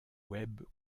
web